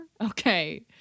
okay